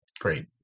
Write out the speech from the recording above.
Great